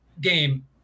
game